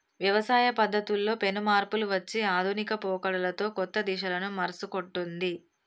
వ్యవసాయ పద్ధతుల్లో పెను మార్పులు వచ్చి ఆధునిక పోకడలతో కొత్త దిశలను మర్సుకుంటొన్ది